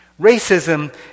Racism